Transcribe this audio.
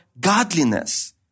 godliness